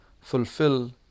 Fulfill